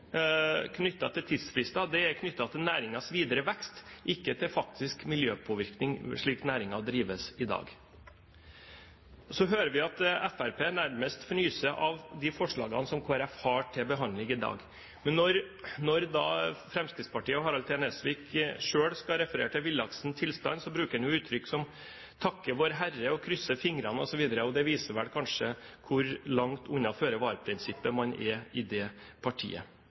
til tidsfrister – er knyttet til næringens videre vekst, ikke til faktisk miljøpåvirkning slik næringen drives i dag. Så hører vi at Fremskrittspartiet nærmest fnyser av de forslagene som Kristelig Folkeparti har til behandling i dag. Men når Fremskrittspartiet og Harald T. Nesvik selv skal referere til villaksens tilstand, bruker han uttrykk som «takker Vårherre», «krysser fingrene», osv. Det viser vel kanskje hvor langt unna føre-var-prinsippet man er i det partiet.